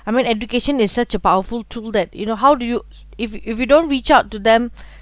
I mean education is such a powerful tool that you know how do you if you if you don't reach out to them